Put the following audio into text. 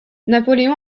napoléon